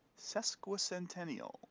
Sesquicentennial